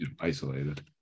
isolated